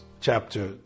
chapter